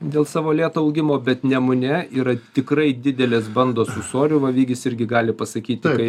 dėl savo lėto augimo bet nemune yra tikrai didelės bandos ūsorių va vygis irgi gali pasakyti tai